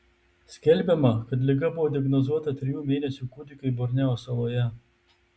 skelbiama kad liga buvo diagnozuota trijų mėnesių kūdikiui borneo saloje